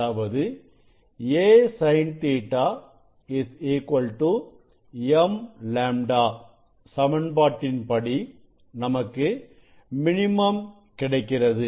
அதாவது a sin Ɵ m λ சமன்பாட்டின் படி நமக்கு மினிமம் கிடைக்கிறது